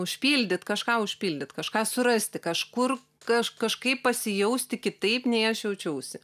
užpildyt kažką užpildyt kažką surasti kažkur kažk kažkaip pasijausti kitaip nei aš jaučiausi